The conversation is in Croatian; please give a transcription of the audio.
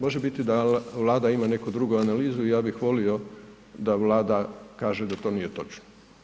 Može biti da Vlada ima neku drugu analizu, ja bih volio da Vlada kaže da to nije točno.